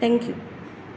thank you